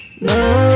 no